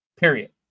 period